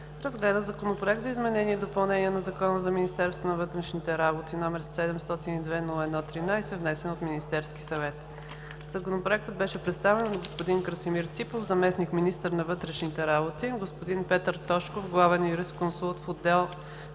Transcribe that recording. разгледа Законопроект за изменение и допълнение на Закона за Министерството на вътрешните работи, № 702-01-13, внесен от Министерски съвет. Законопроектът беше представен от г-н Красимир Ципов – заместник-министър на вътрешните работи, г-н Петър Тошков – главен юрисконсулт в отдел